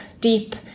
deep